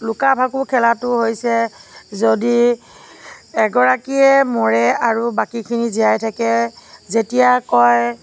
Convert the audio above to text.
লুকা ভাকু খেলাটো হৈছে যদি এগৰাকীয়ে মৰে আৰু বাকীখিনি জিয়াই থাকে যেতিয়া কয়